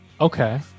Okay